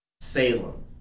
Salem